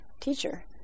teacher